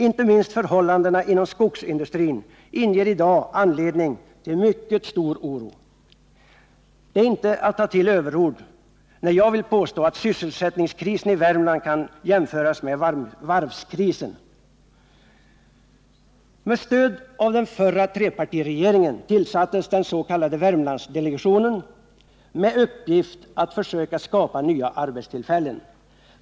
Inte minst förhållandena inom skogsindustrin inger i dag anledning till mycket stor oro. Det är inte att ta till överord när jag vill påstå, att sysselsättningskrisen i Värmland kan jämföras med varvskrisen. Med stöd av trepartiregeringen tillsattes den s.k. Värmlandsdelegationen, med uppgift att försöka skapa nya arbetstillfällen.